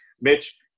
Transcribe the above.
Mitch